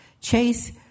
Chase